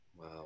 Wow